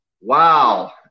wow